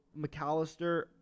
McAllister